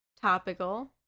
topical